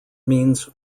means